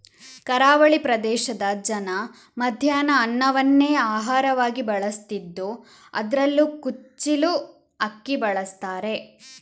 ಕರಾವಳಿ ಪ್ರದೇಶದ ಜನ ಮಧ್ಯಾಹ್ನ ಅನ್ನವನ್ನೇ ಆಹಾರವಾಗಿ ಬಳಸ್ತಿದ್ದು ಅದ್ರಲ್ಲೂ ಕುಚ್ಚಿಲು ಅಕ್ಕಿ ಬಳಸ್ತಾರೆ